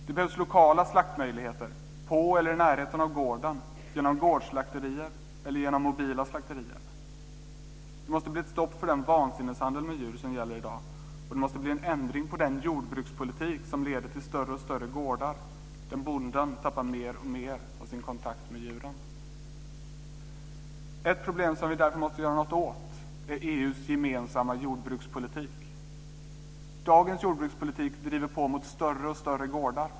Det behövs lokala slaktmöjligheter på eller i närheten av gården genom gårdsslakterier eller genom mobila slakterier. Det måste bli ett stopp för den vansinneshandel med djur som gäller i dag, och det måste bli en ändring på den jordbrukspolitik som leder till större och större gårdar, där bonden tappar mer och mer av sin kontakt med djuren. Ett problem som vi därför måste göra någonting åt är EU:s gemensamma jordbrukspolitik. Dagens jordbrukspolitik driver på mot större och större gårdar.